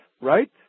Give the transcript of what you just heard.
right